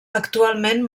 actualment